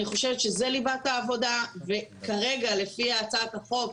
זו ליבת העבודה וכרגע, לפי הצעת החוק,